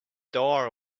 door